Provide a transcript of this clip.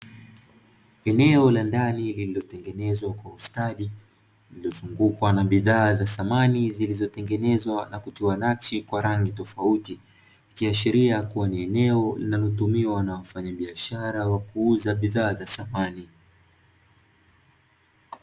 Eneo la ndani lililotengenezwa kwa ustadi limezungukwa na bidhaa za samani zilizotengenezwa na kutiwa nakshi kwa rangi tofauti, ikiashiria kuwa ni eneo linalotumiwa na wafanya biashara wa kuuza bidhaa samani.